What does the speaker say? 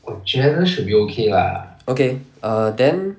我觉得 should be okay lah okay err then